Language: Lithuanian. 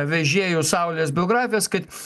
vežėjų saulės biografijas kad